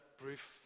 brief